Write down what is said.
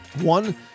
one